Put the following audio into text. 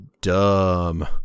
dumb